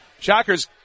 Shockers